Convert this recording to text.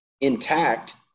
intact